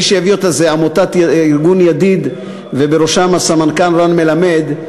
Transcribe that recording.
שמי שהביא אותה הוא ארגון "ידיד" ובראשו הסמנכ"ל רן מלמד,